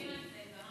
עובדים על זה.